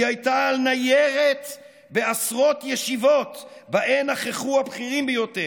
היא הייתה על ניירת בעשרות ישיבות שבהן נכחו הבכירים ביותר: